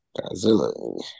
Godzilla